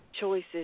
choices